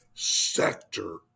sector